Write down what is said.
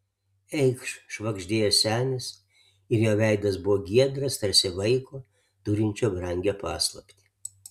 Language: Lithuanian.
eikš švagždėjo senis ir jo veidas buvo giedras tarsi vaiko turinčio brangią paslaptį